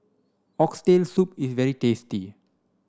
oxtail soup is very tasty